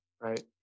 Right